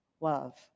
love